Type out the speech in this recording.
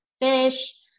fish